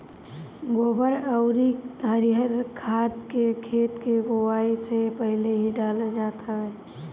गोबर अउरी हरिहर खाद के खेत के बोआई से पहिले ही डालल जात हवे